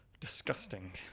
disgusting